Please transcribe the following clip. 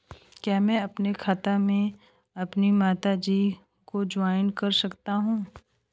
क्या मैं अपने खाते में अपनी माता जी को जॉइंट कर सकता हूँ?